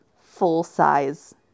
full-size